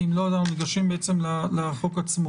כי אם לא אנחנו ניגשים בעצם לחוק עצמו.